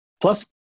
Plus